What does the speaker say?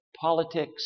politics